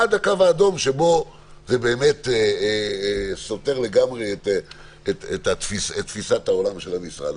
עד לקו האדום שבו זה באמת סותר לגמרי את תפיסת העולם של המשרד.